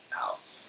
out